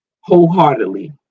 wholeheartedly